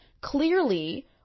clearly